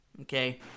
Okay